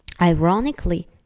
ironically